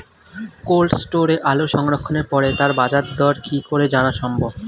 Cold স্টোরে আলু সংরক্ষণের পরে তার বাজারদর কি করে জানা সম্ভব?